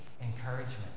encouragement